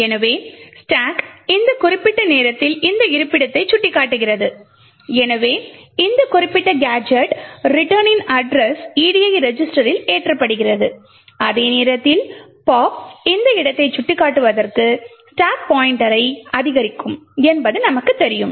எனவே ஸ்டாக் இந்த குறிப்பிட்ட நேரத்தில் இந்த இருப்பிடத்தை சுட்டிக்காட்டுகிறது எனவே இந்த குறிப்பிட்ட கேஜெட் ரிட்டர்னின் அட்ரஸ் edi ரெஜிஸ்டரில் ஏற்றப்படுகிறது அதே நேரத்தில் pop இந்த இடத்தை சுட்டிக்காட்டுவதற்கு ஸ்டாக் பாய்ண்ட்டரை அதிகரிக்கும் என்பது நமக்குத் தெரியும்